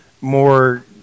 more